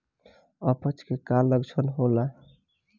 अपच के का लक्षण होला?